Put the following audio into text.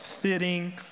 fitting